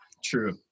true